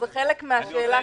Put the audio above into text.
דבר שני,